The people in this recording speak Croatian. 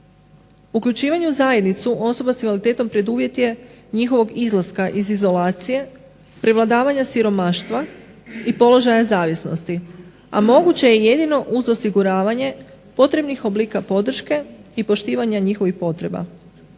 Uključivanje u zajednicu osoba s invaliditetom preduvjet je njihovog izlaska iz izolacije, prevladavanja siromaštva i položaja zavisnosti, a moguće je jedino uz osiguravanje potrebnih oblika podrške i poštivanja njihovih potreba,